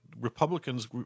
Republicans